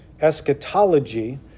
eschatology